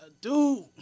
dude